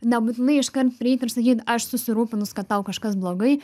nebūtinai iškart prieit ir sakyt aš susirūpinus kad tau kažkas blogai